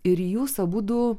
ir jūs abudu